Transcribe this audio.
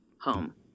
Home